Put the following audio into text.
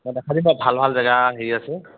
অঁ দেখাই দিম ভাল ভাল জেগা হেৰি আছে